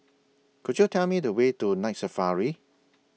Could YOU Tell Me The Way to Night Safari